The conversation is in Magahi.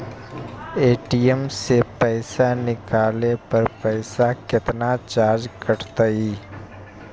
ए.टी.एम से पईसा निकाले पर पईसा केतना चार्ज कटतई?